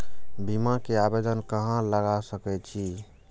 बीमा के आवेदन कहाँ लगा सके छी?